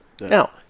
Now